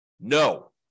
No